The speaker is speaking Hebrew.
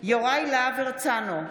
יוראי להב הרצנו,